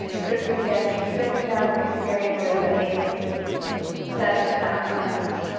so you can be serving them experiences that make sense in that context.